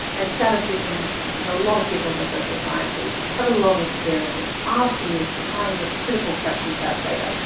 and statisticians and a lot of people in the social sciences have a long experience of asking these kinds of critical questions about data,